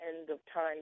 end-of-time